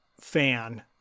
fan